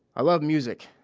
i love music.